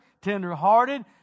tenderhearted